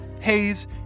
Hayes